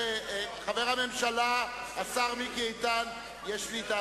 חוק-יסוד: תקציב המדינה לשנים 2009 ו-2010 (הוראות מיוחדות) (הוראת